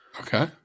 Okay